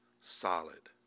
solid